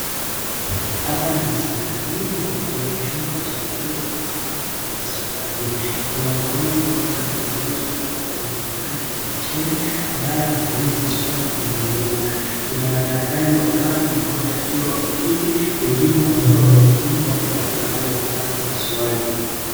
Hapa ni hospitalini na ni kwenye chumba cha kuweza kufanya upasuaji, kuna mgonjwa ambaye amelazwa pale kwenye kitanda cha machela, amaye anafanyiwa upasuaji kwenye mguu wake, kuna madaktari watatu mmoja akiwa wa kike, wengine wa wa kiume wako katika hali ya kufanya upasuaji.